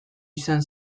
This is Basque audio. izan